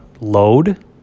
load